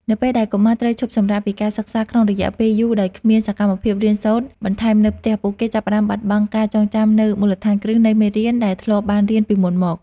នៅពេលដែលកុមារត្រូវឈប់សម្រាកពីការសិក្សាក្នុងរយៈពេលយូរដោយគ្មានសកម្មភាពរៀនសូត្របន្ថែមនៅផ្ទះ ពួកគេចាប់ផ្តើមបាត់បង់ការចងចាំនូវមូលដ្ឋានគ្រឹះនៃមេរៀនដែលធ្លាប់បានរៀនពីមុនមក។